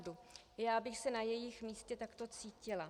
I já bych se na jejich místě takto cítila.